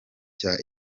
cya